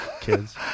kids